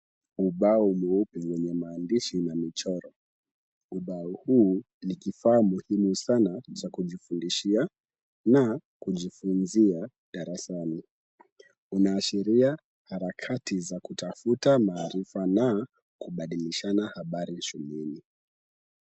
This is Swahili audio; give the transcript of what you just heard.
Ubao mweupe wenye maandishi na michoro. Ubao huu ni kifaa muhimu sana cha kujifundishia na kujifunzia darasani. Inaashiria harakati za kutafuta maarifa na kubadilishana habari shuleni.